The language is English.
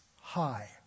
high